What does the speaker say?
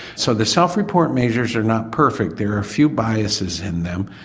so the self report measures are not perfect, there are a few biases in them,